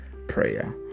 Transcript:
prayer